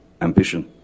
ambition